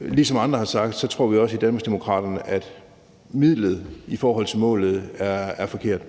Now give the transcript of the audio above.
ide. Som andre har sagt, tror vi også i Danmarksdemokraterne, at midlet i forhold til målet er forkert,